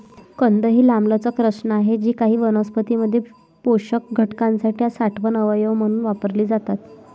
कंद ही लांबलचक रचना आहेत जी काही वनस्पतीं मध्ये पोषक घटकांसाठी साठवण अवयव म्हणून वापरली जातात